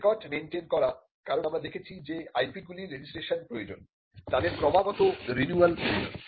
record maintain করা কারণ আমরা দেখেছি যে IP গুলির রেজিস্ট্রেশন প্রয়োজন তাদের ক্রমাগত রিনিউয়াল প্রয়োজন